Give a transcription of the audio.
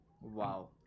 wow